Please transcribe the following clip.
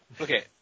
Okay